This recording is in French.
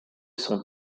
son